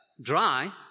dry